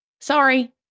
Sorry